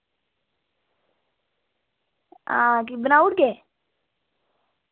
हां की बनाई ओड़गे